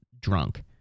drunk